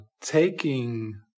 Taking